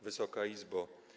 Wysoka Izbo!